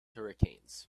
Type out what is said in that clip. hurricanes